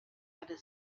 other